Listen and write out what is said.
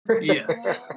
Yes